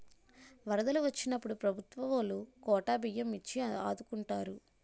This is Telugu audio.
వరదలు వొచ్చినప్పుడు ప్రభుత్వవోలు కోటా బియ్యం ఇచ్చి ఆదుకుంటారు